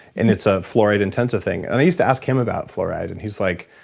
and it's ah fluoride-intensive thing. and i used to ask him about fluoride and he's like,